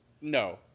no